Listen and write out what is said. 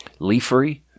leafery